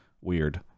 weird